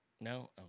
No